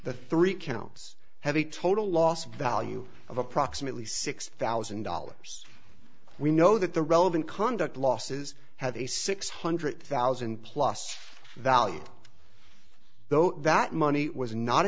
the three counts have a total loss value of approximately six thousand dollars we know that the relevant conduct losses had a six hundred thousand plus value though that money was not